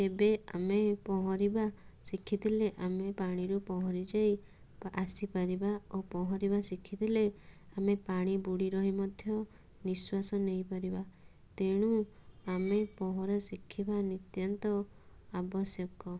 ତେବେ ଆମେ ପହଁରିବା ଶିଖିଥିଲେ ଆମେ ପାଣିରୁ ପହଁରିଯାଇ ଆସିପାରିବା ଓ ପହଁରିବା ଶିଖିଥିଲେ ଆମେ ପାଣି ବୁଡ଼ି ରହି ମଧ୍ୟ ନିଶ୍ଵାସ ନେଇପାରିବା ତେଣୁ ଆମେ ପହଁରା ଶିଖିବା ନିତ୍ୟାନ୍ତ ଆବଶ୍ୟକ